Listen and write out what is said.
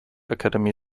academy